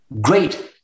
great